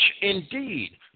indeed